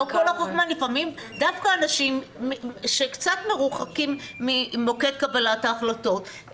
לפעמים דווקא אנשים שקצת מרוחקים ממוקד קבלת ההחלטות,